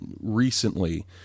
recently